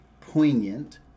poignant